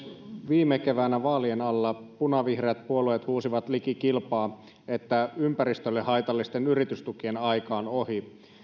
viime keväänä vaalien alla punavihreät puolueet huusivat liki kilpaa että ympäristölle haitallisten yritystukien aika on ohi